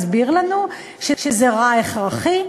הסביר לנו שזה רע הכרחי.